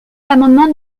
l’amendement